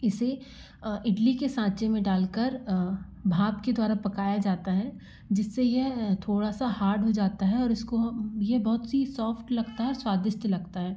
इसे इडली के सांचे में डालकर भाप के द्वारा पकाया जाता है जिससे यह थोड़ा सा हार्ड हो जाता और इसको ये बहुत सी सॉफ्ट लगता है स्वादिष्ट लगता है